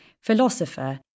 philosopher